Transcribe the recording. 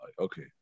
Okay